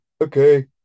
okay